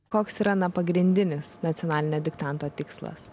koks yra pagrindinis nacionalinio diktanto tikslas